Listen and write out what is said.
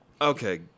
Okay